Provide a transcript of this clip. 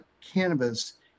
cannabis